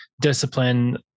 discipline